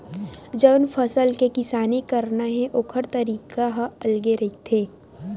जउन फसल के किसानी करना हे ओखर तरीका ह अलगे रहिथे